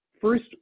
First